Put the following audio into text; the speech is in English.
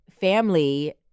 family